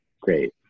great